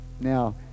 Now